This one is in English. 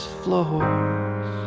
floors